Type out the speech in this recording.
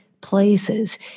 places